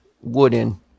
wooden